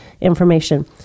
information